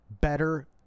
better